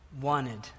wanted